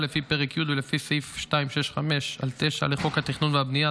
לפי פרק י' ולפי סעיף 265(9) לחוק התכנון והבנייה,